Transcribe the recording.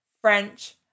French